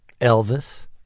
Elvis